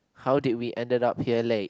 how did we ended up here late